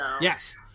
Yes